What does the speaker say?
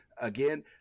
again